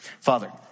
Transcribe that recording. Father